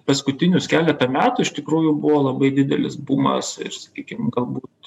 paskutinius keletą metų iš tikrųjų buvo labai didelis bumas ir sakykim galbūt